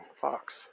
Fox